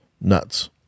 nuts